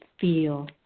feel